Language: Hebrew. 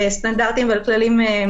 סטנדרטים ועל כללים.